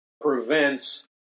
prevents